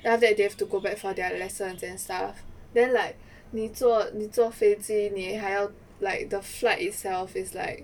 then after that they have to go back for their lessons and stuff then like 你坐你坐飞机你还要 like the flight itself is like